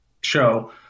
show